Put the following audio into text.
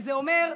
וזה אומר: